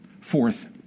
Fourth